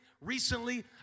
recently